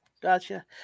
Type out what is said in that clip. Gotcha